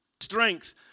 strength